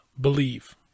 believe